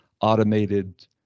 automated